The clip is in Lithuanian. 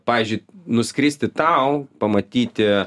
pavyzdžiui nuskristi tau pamatyti